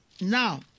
Now